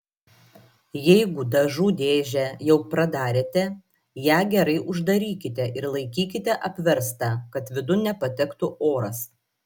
jeigu dažų dėžę jau pradarėte ją gerai uždarykite ir laikykite apverstą kad vidun nepatektų oras